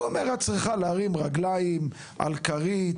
הרופא אומר את צריכה להרים רגליים על כרית